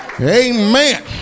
amen